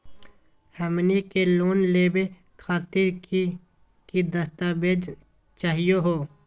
हमनी के लोन लेवे खातीर की की दस्तावेज चाहीयो हो?